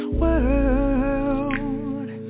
world